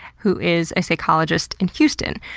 who is a psychologist in houston.